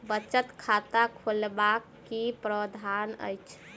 बचत खाता खोलेबाक की प्रावधान अछि?